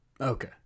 Okay